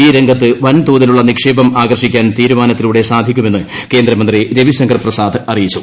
ഈ രംഗത്ത് വൻതോതിലുള്ള നിക്ഷേപ്രി ആകർഷിക്കാൻ തീരുമാനത്തിലൂടെ സാധിക്കുമെന്ന് കേന്ദ്രമന്ത്രി ർവിശങ്കർ പ്രസാദ് അറിയിച്ചു